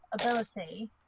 ability